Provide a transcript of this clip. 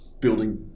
building